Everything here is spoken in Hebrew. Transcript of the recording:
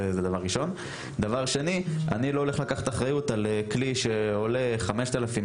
דבר שני - אני לא הולך לקחת אחריות על כלי שעולה 5,000,